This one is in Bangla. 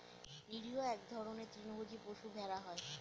নিরীহ এক ধরনের তৃণভোজী পশু ভেড়া হয়